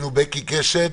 בקי קשת.